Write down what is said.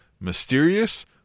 mysterious